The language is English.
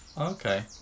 Okay